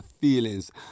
feelings